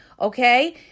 okay